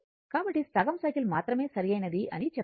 కాబట్టి సగం సైకిల్ మాత్రమే సరైనది అని చెప్తాము